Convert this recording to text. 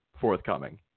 forthcoming